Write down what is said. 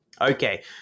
Okay